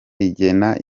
rigena